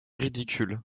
ridicule